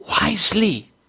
wisely